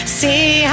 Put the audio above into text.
see